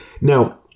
Now